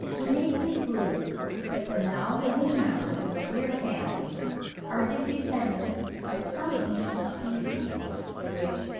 we may conclude that the now living members of the deer family are the descendants of some ancient species which,